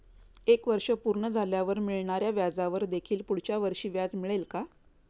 एक वर्ष पूर्ण झाल्यावर मिळणाऱ्या व्याजावर देखील पुढच्या वर्षी व्याज मिळेल का?